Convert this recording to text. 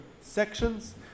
sections